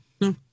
no